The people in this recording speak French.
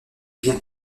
bien